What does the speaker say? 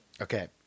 Okay